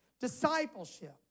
Discipleship